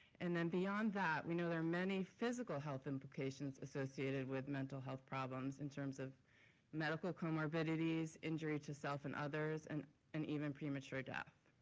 and then beyond that, we know there are many physical health implications associated with mental health problems in terms of medical comorbidities, injury to self and others and and even premature death.